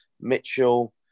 Mitchell